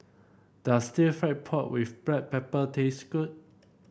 does Stir Fried Pork with Black Pepper taste good